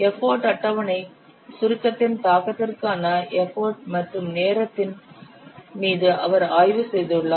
effort அட்டவணை சுருக்கத்தின் தாக்கத்திற்கான எஃபர்ட் மற்றும் நேரத்தின் மீது அவர் ஆய்வு செய்துள்ளார்